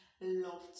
love